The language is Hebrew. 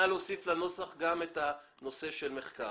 נא להוסיף לנוסח את גם הנושא של מחקר.